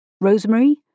Rosemary